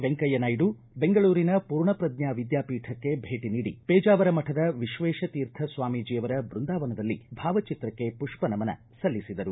ವೆಂಕಯ್ಯ ನಾಯ್ದು ಬೆಂಗಳೂರಿನ ಪೂರ್ಣಪ್ರಜ್ಞಾ ವಿದ್ಯಾಪೀಠಕ್ಕೆ ಭೇಟ ನೀಡಿ ಪೇಜಾವರ ಮಠದ ವಿಶ್ವೇಶ ತೀರ್ಥ ಸ್ವಾಮೀಜಿ ಅವರ ಬೃಂದಾವನದಲ್ಲಿ ಭಾವಚಿತ್ರಕ್ಕೆ ಪುಷ್ಪನಮನ ಸಲ್ಲಿಸಿದರು